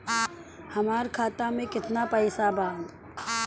हमार खाता मे केतना पैसा बा?